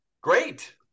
Great